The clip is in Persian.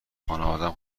خانوادم